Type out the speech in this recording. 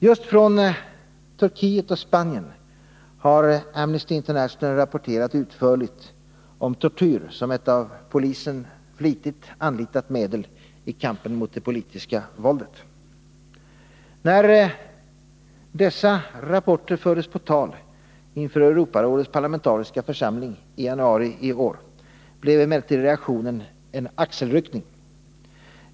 Just från Turkiet och Spanien har Amnesty International rapporterat utförligt om tortyr som ett av polisen flitigt anlitat medel i kampen mot det politiska våldet. När dessa rapporter fördes på tal inför Europarådets parlamentariska församling i januari i år blev emellertid reaktionen en axelryckning.